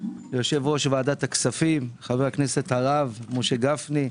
ליושב-ראש ועדת הכספים חבר הכנסת הרב משה גפני,